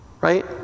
Right